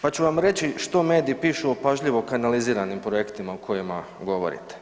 Pa ću vam reći što mediji pišu o pažljivo kanaliziranim projektima o kojima govorite.